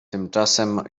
tymczasem